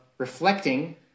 reflecting